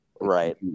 Right